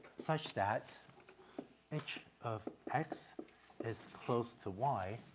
such that h of x is close to y,